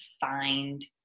find